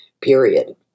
period